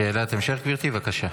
שאלת המשך, גברתי, בבקשה.